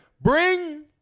bring